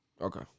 Okay